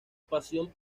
pasión